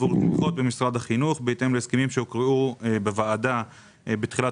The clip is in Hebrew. עבור תמיכות במשרד החינוך בהתאם להסכמים שהוקראו בוועדה בתחילת